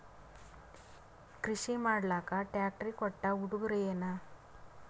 ಕೃಷಿ ಮಾಡಲಾಕ ಟ್ರಾಕ್ಟರಿ ಕೊಟ್ಟ ಉಡುಗೊರೆಯೇನ?